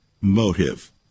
motive